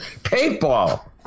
Paintball